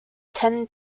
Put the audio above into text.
tend